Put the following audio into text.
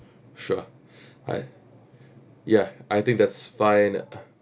sure I ya I think that's fine ah